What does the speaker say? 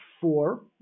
four